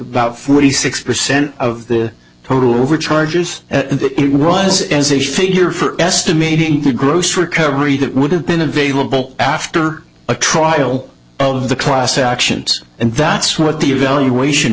about forty six percent of the total over charges it was as a figure for estimating the gross recovery that would have been available after a trial of the class actions and that's what the evaluation